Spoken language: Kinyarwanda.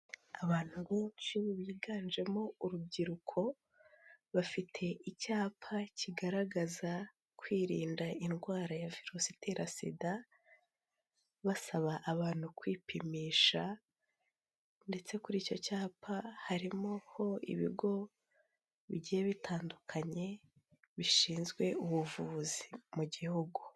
Abantu benshi biganjemo urubyiruko bafite icyapa kigaragaza kwirinda indwara ya Virusi itera SIDA, basaba abantu kwipimisha ndetse kuri icyo cyapa harimo ho ibigo bigiye bitandukanye bishinzwe ubuvuzi mu gihugu.